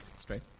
straight